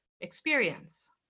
experience